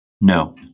No